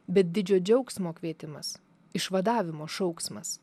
bet didžio džiaugsmo kvietimas išvadavimo šauksmas